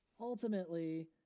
ultimately